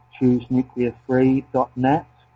ChooseNuclearFree.net